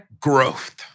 Growth